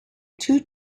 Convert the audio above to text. two